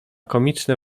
komiczne